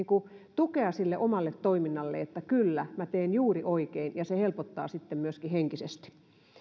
tukea omalle toiminnalle että kyllä minä teen juuri oikein ja se helpottaa sitten myöskin henkisesti